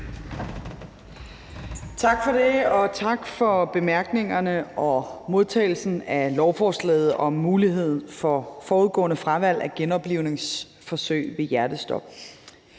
Tak for det, og tak for bemærkningerne og modtagelsen af lovforslaget om mulighed for forudgående fravalg af genoplivningsforsøg ved hjertestop.